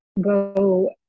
go